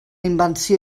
invenció